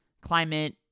climate